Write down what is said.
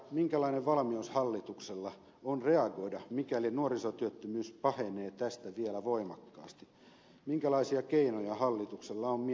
minkälainen valmius hallituksella on reagoida mikäli nuorisotyöttömyys pahenee tästä vielä voimakkaasti minkälaisia keinoja hallituksessa on mietitty tämän varalta